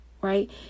right